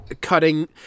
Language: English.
cutting